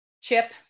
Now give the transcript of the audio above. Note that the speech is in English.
Chip